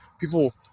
People